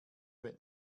wird